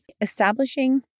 Establishing